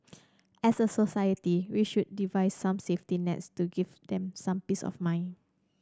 as a society we should devise some safety nets to give them some peace of mind